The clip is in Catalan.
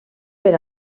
per